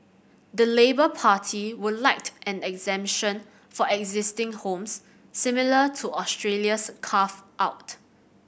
the Labour Party would like an exemption for existing homes similar to Australia's carve out